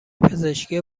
پزشکی